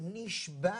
נשבע